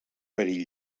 perill